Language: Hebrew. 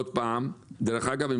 אגב,